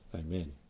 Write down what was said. Amen